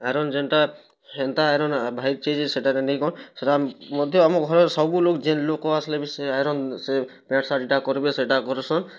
ଆରୁ ଯେନ୍ଟା ହେନ୍ତା ଆଇରନ୍ ବାହାରିଛି ଯେ ସେଇଟାରେ ନାଇ କ'ଣ ସେଇଟା ମଧ୍ୟ ଆମ ଘରେ ସବୁ ଲୋକ୍ ଯିନ୍ ଲୋକ ଆସିଲେ ବି ସେ ଆଇରନ୍ ସେ ପେଣ୍ଟ୍ ସାର୍ଟଟା କରିବେ ସେଇଟା କରୁସନ୍